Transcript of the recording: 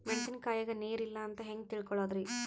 ಮೆಣಸಿನಕಾಯಗ ನೀರ್ ಇಲ್ಲ ಅಂತ ಹೆಂಗ್ ತಿಳಕೋಳದರಿ?